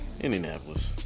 Indianapolis